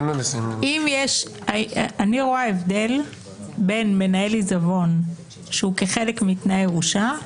אני רואה הבדל בין מנהל עיזבון שהוא כחלק מתנאי הירושה,